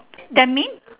that mean